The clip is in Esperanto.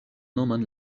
nomon